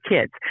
kids